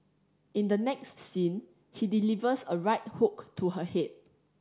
in the next scene he delivers a right hook to her head